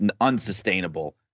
unsustainable